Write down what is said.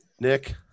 Nick